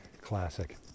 classic